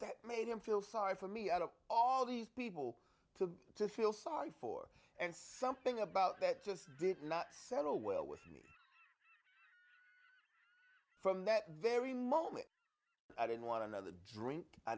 that made him feel sorry for me out of all these people to feel sorry for and something about that just did not settle well with me from that very moment i didn't want another drink i